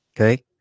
Okay